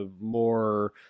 more